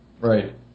Right